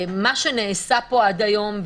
מה שנעשה פה עד היום,